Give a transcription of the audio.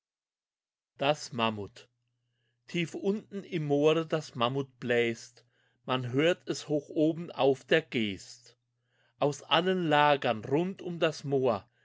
das mammut tief unten im moore das mammut bläst man hört es hoch oben auf der geest aus allen lagern rund um das moor